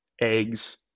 eggs